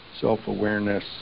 self-awareness